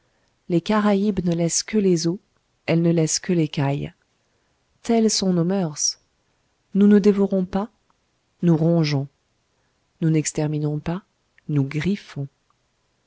les caraïbes ne laissent que les os elles ne laissent que l'écaille telles sont nos moeurs nous ne dévorons pas nous rongeons nous n'exterminons pas nous griffons